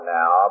now